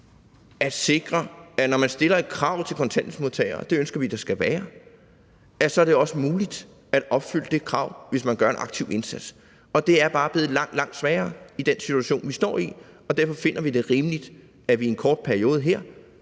at sikre, at når man stiller et krav til kontanthjælpsmodtagere – og det ønsker vi der skal være – så er det også muligt at opfylde det krav, hvis man gør en aktiv indsats. Og det er bare blevet langt, langt sværere i den situation, vi står i, og derfor finder vi det rimeligt, at vi i en kort periode her